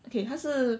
okay 她是